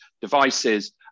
devices